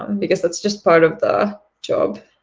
because that's just part of the job.